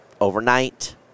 overnight